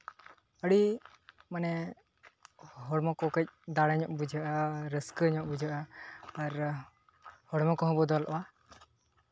ᱟᱹᱰᱤ ᱢᱟᱱᱮ ᱦᱚᱲᱢᱚ ᱠᱚ ᱠᱟᱹᱡ ᱫᱟᱲᱮᱧᱚᱜ ᱵᱩᱡᱷᱟᱹᱜᱼᱟ ᱨᱟᱹᱥᱠᱟᱹ ᱧᱚᱜ ᱵᱩᱡᱷᱟᱹᱜᱼᱟ ᱟᱨ ᱦᱚᱲᱢᱚ ᱠᱚᱦᱚᱸ ᱵᱚᱫᱚᱞᱚᱜᱼᱟ